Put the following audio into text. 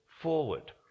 forward